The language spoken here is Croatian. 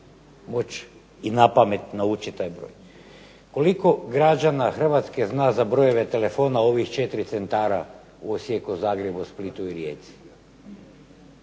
moći i napamet naučiti taj broj? Koliko građana Hrvatske zna za brojeve telefona ovih 4 centara u Osijeku, Zagrebu, Splitu i Rijeci?